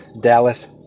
Dallas